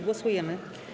Głosujemy.